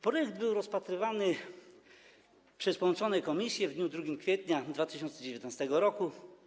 Projekt był rozpatrywany przez połączone komisje w dniu 2 kwietnia 2019 r.